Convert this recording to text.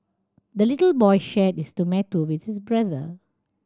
the little boy shared this tomato with his brother